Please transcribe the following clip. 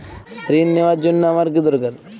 ঋণ নেওয়ার জন্য আমার কী দরকার?